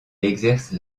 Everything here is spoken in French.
exerce